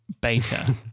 beta